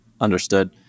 Understood